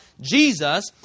Jesus